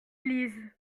lisent